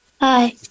Hi